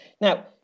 Now